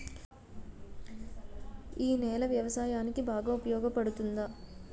ఈ నేల వ్యవసాయానికి బాగా ఉపయోగపడుతుందా?